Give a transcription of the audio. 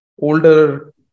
older